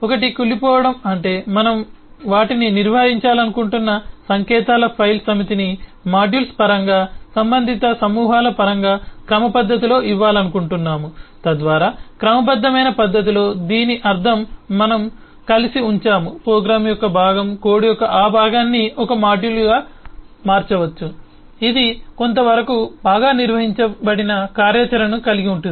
ఒకటి కుళ్ళిపోవడం అంటే మనం వాటిని నిర్వహించాలనుకుంటున్న సంకేతాల ఫైలు సమితిని మాడ్యూల్స్ పరంగా సంబంధిత సమూహాల పరంగా క్రమపద్ధతిలో ఇవ్వాలనుకుంటున్నాము తద్వారా క్రమబద్ధమైన పద్ధతిలో దీని అర్థం మనం కలిసి ఉంచాము ప్రోగ్రామ్ యొక్క భాగం కోడ్ యొక్క ఆ భాగాన్ని ఒక మాడ్యూల్గా మార్చవచ్చు ఇది కొంతవరకు బాగా నిర్వచించబడిన కార్యాచరణను కలిగి ఉంటుంది